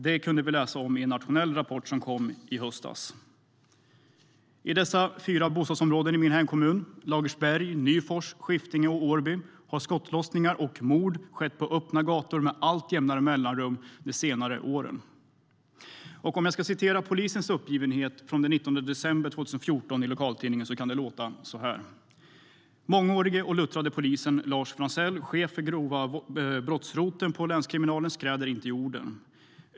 Det kunde vi läsa om i en nationell rapport som kom i höstas. I dessa fyra bostadsområden i min hemkommun - Lagersberg, Nyfors, Skiftinge och Årby - har skottlossningar och mord skett på öppna gator med jämna mellanrum allt oftare under senare år. Jag kan ge ett exempel på polisens uppgivenhet. Den 19 december 2014 lät det så här i lokaltidningen: "Mångårige och luttrade polisen Lars Franzell, chef för grova brottsroteln på länskriminalen skräder inte orden.